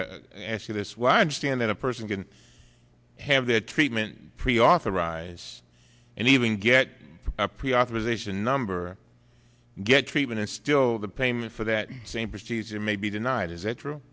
to ask you this why understand that a person can have that treatment pre authorized and even get pre authorization number get treatment and still the payment for that same procedure may be denied is it true